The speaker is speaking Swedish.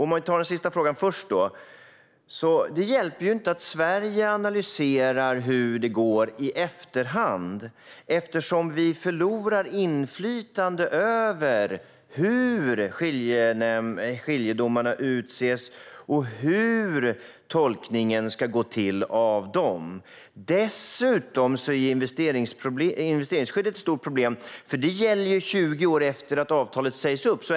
Om vi tar den sista frågan först hjälper det inte att Sverige analyserar hur det går i efterhand eftersom vi förlorar inflytande över hur skiljedomarna utses och hur tolkningen ska gå till. Dessutom är investeringsskyddet ett stort problem, för det gäller i 20 år efter det att avtalet sagts upp.